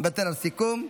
מוותר על סיכום.